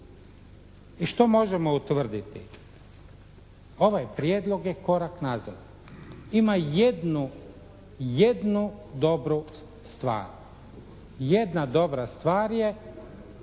I što možemo utvrditi? Ovaj prijedlog je korak nazad. Ima jednu dobru stvar. Jedna dobra stvar je